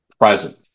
present